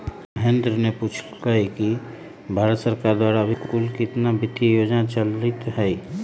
महेंद्र ने पूछल कई कि भारत सरकार द्वारा अभी कुल कितना वित्त योजना चलीत हई?